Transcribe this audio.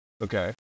Okay